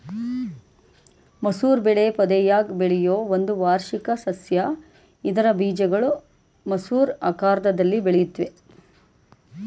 ಮಸೂರ ಬೆಳೆ ಪೊದೆಯಾಗ್ ಬೆಳೆಯೋ ಒಂದು ವಾರ್ಷಿಕ ಸಸ್ಯ ಇದ್ರ ಬೀಜಗಳು ಮಸೂರ ಆಕಾರ್ದಲ್ಲಿ ಬೆಳೆಯುತ್ವೆ